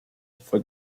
fue